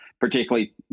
particularly